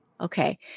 Okay